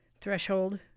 threshold